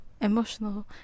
emotional